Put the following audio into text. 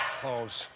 clothes.